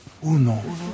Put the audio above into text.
Uno